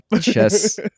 chess